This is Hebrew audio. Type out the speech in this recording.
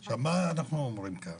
עכשיו, מה אנחנו אומרים פה.